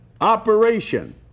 operation